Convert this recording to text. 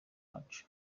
wacu